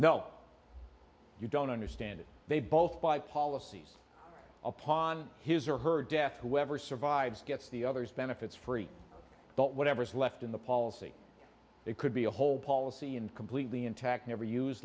know you don't understand it they both buy policies upon his or her death whoever survives gets the others benefits free but whatever's left in the policy it could be a whole policy and completely intact never use